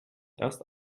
erst